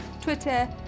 twitter